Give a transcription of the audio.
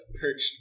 perched